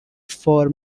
for